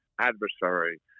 adversary